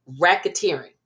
racketeering